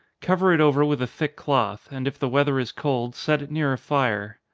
cover it over with a thick cloth, and if the weather is cold, set it near a fire.